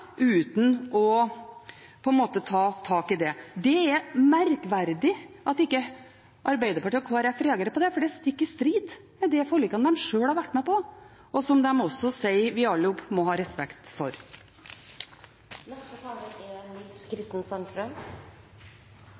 uten å ta tak i det. Det er merkverdig at ikke Arbeiderpartiet og Kristelig Folkeparti reagerer på det, for det er stikk i strid med de forlikene de sjøl har vært med på, og som de også sier vi alle må ha respekt